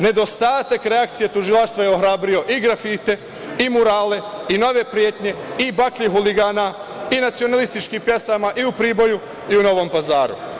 Nedostatak reakcije tužilaštva je ohrabrio i grafite i murale i nove pretnje i baklje huligana i nacionalističkih pesama i u Priboju i u Novom Pazaru.